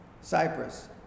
Cyprus